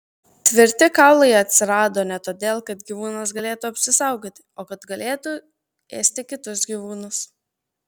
tvirti kaulai atsirado ne todėl kad gyvūnas galėtų apsisaugoti o kad galėtų ėsti kitus gyvūnus